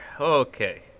Okay